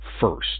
first